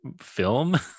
film